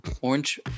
Orange